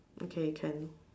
okay can